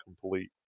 complete